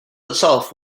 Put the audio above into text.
itself